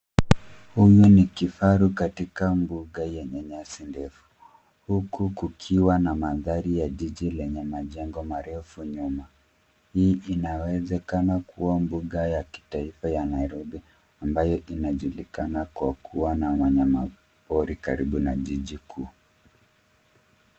Huyu ni kifaru katika bunga yenye nyasi ndefu huku kukiwa na mandhari ya jiji lenye majengo marefu nyuma. Hii inawezekana kuwa bunga ya kitaifa ya Nairobi ambayo inajulikana kwa kuwa na wanyamapori karibu na jiji kuu.